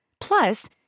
Plus